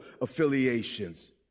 affiliations